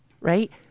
right